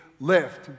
lift